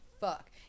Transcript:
fuck